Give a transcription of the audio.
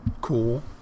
cool